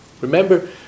Remember